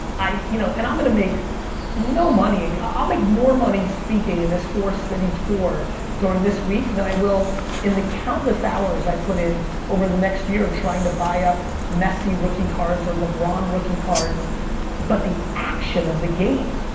you know and i'm gonna make no money, and i'll make more money speaking in this four city tour during this week than i will in the countless hours i put in over the next year, trying to buy up messi rookie cards or lebron rookie cards but the action of the game,